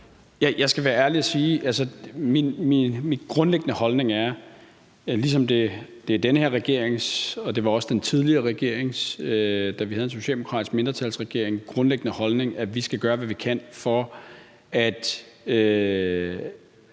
Jeg skal være ærlig og sige, at min grundlæggende holdning er, ligesom det er den her regerings – og det var også den tidligere regerings holdning, da vi havde en socialdemokratisk mindretalsregering – at vi skal gøre, hvad vi kan for at